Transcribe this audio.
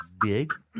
big